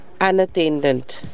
unattended